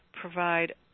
provide